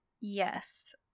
yes